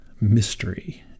mystery